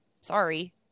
Sorry